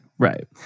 Right